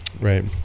Right